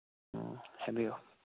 ꯑꯣ ꯍꯥꯏꯕꯤꯌꯨ